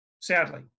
sadly